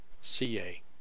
CA